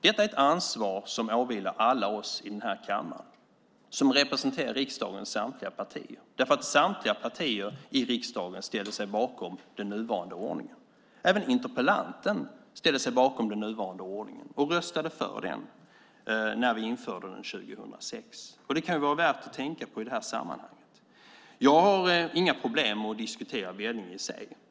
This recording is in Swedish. Detta är ett ansvar som åvilar alla oss i den här kammaren som representerar riksdagens samtliga partier. Samtliga partier i riksdagen ställde sig bakom den nuvarande ordningen. Även interpellanten ställde sig bakom den nuvarande ordningen och röstade för den när vi införde den 2006. Det kan vara värt att tänka på i det här sammanhanget. Jag har inga problem att diskutera Vellinge i sig.